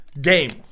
game